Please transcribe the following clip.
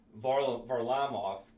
Varlamov